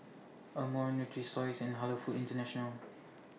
Amore Nutrisoy and Halal Foods International